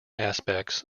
aspects